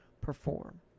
perform